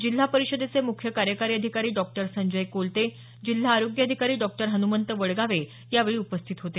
जिल्हा परिषदेचे मुख्य कार्यकारी अधिकारी डॉ संजय कोलते जिल्हा आरोग्य अधिकारी डॉ हनुमंत वडगावे यावेळी उपस्थित होते